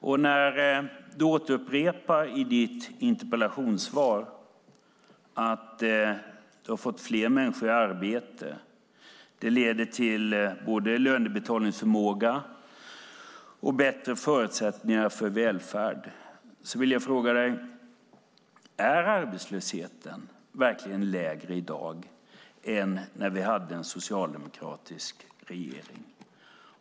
I ditt interpellationssvar återupprepar du att du har fått fler människor i arbete och att det leder till både lönebetalningsförmåga och bättre förutsättningar för välfärd. Då vill jag fråga dig: Är arbetslösheten verkligen lägre i dag än när vi hade en socialdemokratisk regering?